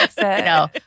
No